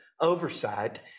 oversight